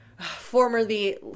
formerly